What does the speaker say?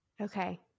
Okay